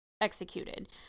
executed